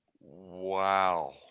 Wow